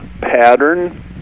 pattern